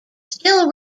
still